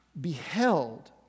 beheld